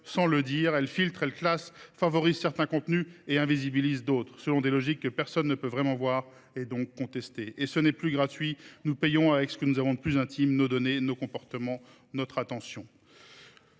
sans le dire. Elles filtrent, classent, favorisent certains contenus et en invisibilisent d’autres, selon des logiques que personne ne peut vraiment voir, donc contester. Et ce n’est plus gratuit ! Nous payons avec ce que nous avons de plus intime : nos données, nos comportements et notre attention.